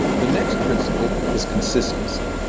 the next principle is consistency.